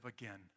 again